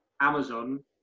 Amazon